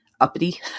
uppity